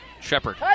Shepard